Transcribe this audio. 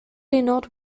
really